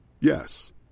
Yes